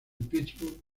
pittsburgh